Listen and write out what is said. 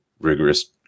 rigorous